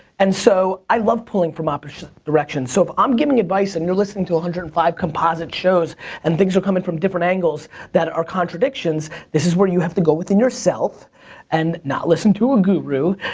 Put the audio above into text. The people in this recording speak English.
and so i love pulling from opposite directions, so if i'm giving advice and you're listening to one hundred and five composite shows and things are coming from different angles that are contradictions, this is where you have to go within yourself and not listen to a guru,